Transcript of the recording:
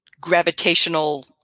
gravitational